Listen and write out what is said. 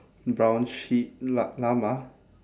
brown sheep lla~ llama